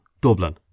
dublin